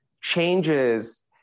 changes